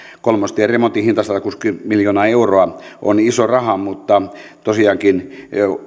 kolmostien remontin hinta satakuusikymmentä miljoonaa euroa on iso raha mutta tosiaankin